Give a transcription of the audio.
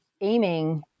aiming